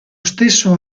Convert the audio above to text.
stesso